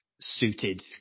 suited